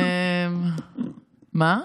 השעון,